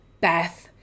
Beth